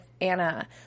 Anna